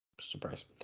surprise